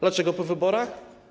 Dlaczego po wyborach?